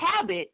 habit